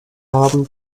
haben